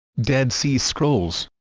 dead sea scrolls